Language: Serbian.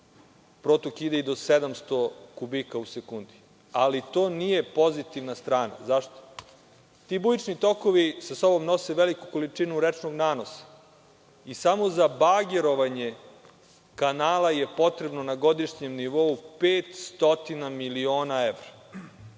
protok ide i do 700 kubika u sekundi. Ali, to nije pozitivna strana. Zašto? Ti bujični tokovi sa sobom nose veliku količinu rečnog nanosa i samo za bagerovanje kanala je potrebno na godišnjem nivou 500 miliona evra,